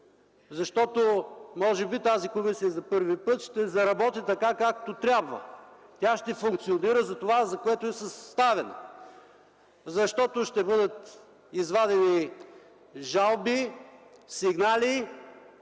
Защото може би тази комисия за първи път ще заработи така, както трябва. Тя ще функционира за това, за което е съставена. Защото ще бъдат извадени жалби, сигнали,